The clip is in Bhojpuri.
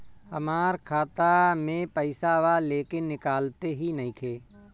हमार खाता मे पईसा बा लेकिन निकालते ही नईखे?